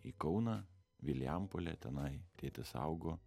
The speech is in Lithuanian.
į kauną vilijampolę tenai tėtis augo